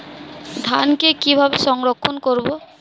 ধানকে কিভাবে সংরক্ষণ করব?